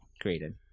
created